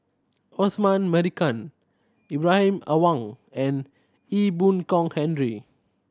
Osman Merican Ibrahim Awang and Ee Boon Kong Henry